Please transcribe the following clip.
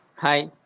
Hi